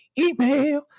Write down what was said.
email